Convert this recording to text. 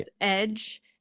Edge